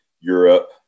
Europe